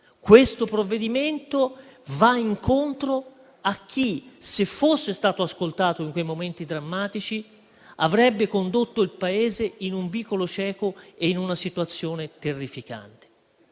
Questo provvedimento va incontro a chi, se fosse stato ascoltato in quei momenti drammatici, avrebbe condotto il Paese in un vicolo cieco e in una situazione terrificante.